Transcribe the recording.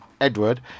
Edward